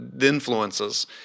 influences